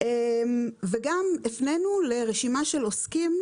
וגם הפנינו לרשימה של עוסקים,